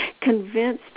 convinced